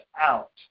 out